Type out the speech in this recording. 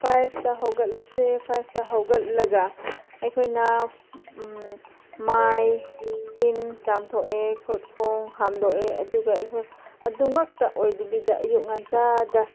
ꯐꯥꯏꯕꯇ ꯍꯧꯒꯠꯂꯁꯦ ꯐꯥꯏꯕꯇ ꯍꯧꯒꯠꯂꯒ ꯑꯩꯈꯣꯏꯅ ꯃꯥꯏ ꯇꯤꯟ ꯆꯥꯝꯊꯣꯛꯑꯦ ꯈꯨꯠ ꯈꯣꯡ ꯍꯥꯝꯗꯣꯏꯂꯦ ꯑꯗꯨꯒ ꯑꯩꯈꯣꯏ ꯑꯗꯨ ꯉꯥꯛꯇ ꯑꯣꯏꯗꯕꯤꯗ ꯑꯌꯨꯛ ꯉꯟꯇꯥꯗ